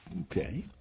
Okay